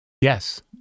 yes